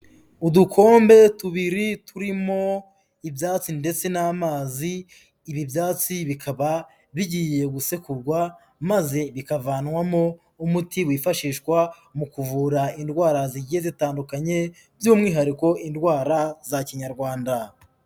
Udukombe tubiri turimo ibyatsi ndetse n'amazi, ibi byatsi bikaba bigiye gusekurwa maze bikavanwamo umuti wifashishwa mu kuvura indwara zigiye zitandukanye, by'umwihariko indwara za Kinyarwanda.